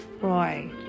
Roy